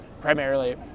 primarily